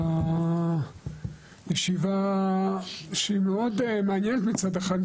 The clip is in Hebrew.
של הישיבה שהיא מאוד מעניינת מצד אחד,